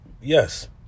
Yes